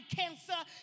cancer